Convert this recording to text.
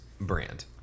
brand